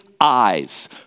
Eyes